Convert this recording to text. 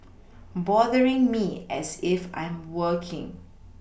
bothering me as if I'm working